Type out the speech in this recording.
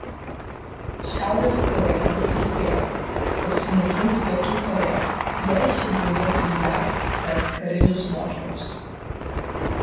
šiaurės korėja jau įspėjo kad sunaikins pietų korėją jei ši drauge su jav tęs karinius mokymus